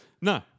No